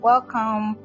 Welcome